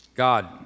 God